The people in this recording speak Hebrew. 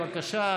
בבקשה.